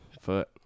foot